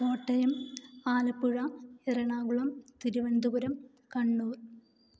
Kottayam Alappuzha Ernakulam Thiruvananthapuram Kannur